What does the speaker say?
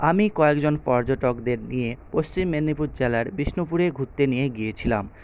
আমি কয়েকজন পর্যটকদের নিয়ে পশ্চিম মেদিনীপুর জেলার বিষ্ণুপুরে ঘুরতে নিয়ে গিয়েছিলাম